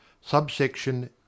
Subsection